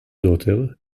daughters